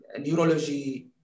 neurology